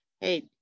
hey